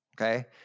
okay